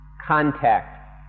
contact